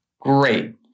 Great